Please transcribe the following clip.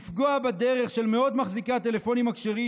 לפגוע בדרך של מאות מחזיקי הטלפונים הכשרים